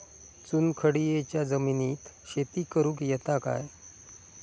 चुनखडीयेच्या जमिनीत शेती करुक येता काय?